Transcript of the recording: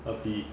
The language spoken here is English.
a fee